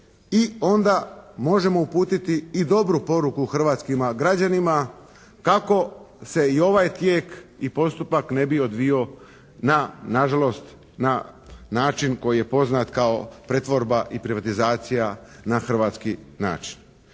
i onda možemo uputiti i dobru poruku hrvatskim građanima da kako se i ovaj tijek i postupak ne bi odvijao na na žalost na način koji je poznat kao pretvorba i privatizacija na hrvatski način.